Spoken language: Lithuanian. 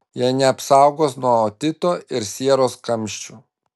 jie neapsaugos nuo otito ir sieros kamščių